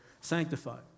sanctified